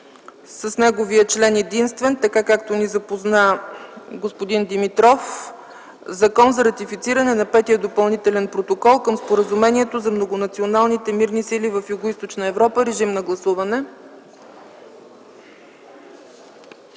с неговия член единствен, така както ни запозна господин Тодоров, Закона за ратифициране на Петия допълнителен протокол към Споразумението за Многонационалните мирни сили в Югоизточна Европа. Моля, гласувайте.